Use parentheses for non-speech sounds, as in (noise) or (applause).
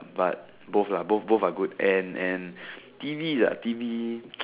but both lah both both are good and and T_V ah T_V (noise)